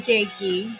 Jakey